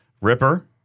Ripper